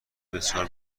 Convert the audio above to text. بسیار